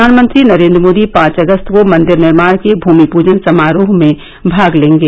प्रधानमंत्री नरेन्द्र मोदी पांच अगस्त को मंदिर निर्माण के भुमिपुजन समारोह में भाग लेंगे